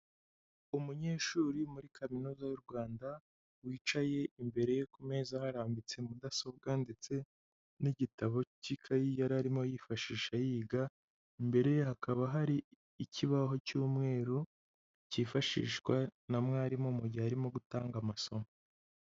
Umunyeshuri muri Kaminuza y'u Rwanda, wicaye imbere ye ku meza harambitse mudasobwa ndetse n'igitabo cy'ikayi yari arimo yifashisha yiga, imbere ye hakaba hari ikibaho cy'umweru, kifashishwa na mwarimu mu gihe arimo gutanga amasomo.